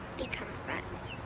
become friends?